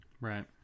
Right